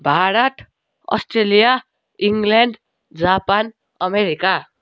Bharat Australia England Japan America